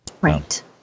Right